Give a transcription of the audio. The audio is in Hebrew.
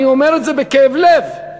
אני אומר את זה בכאב לב,